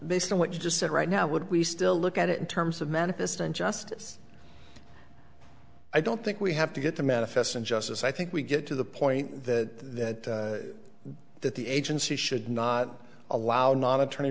based on what you just said right now would we still look at it in terms of manifest injustice i don't think we have to get the manifest injustice i think we get to the point that that the agency should not allow non attorney